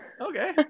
Okay